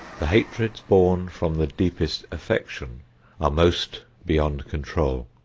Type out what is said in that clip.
the hatreds born from the deepest affection are most beyond control.